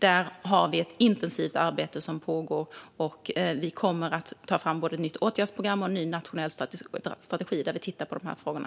Här har vi ett intensivt arbete som pågår, och vi kommer att ta fram både ett nytt åtgärdsprogram och en ny nationell strategi där vi tittar på de här frågorna.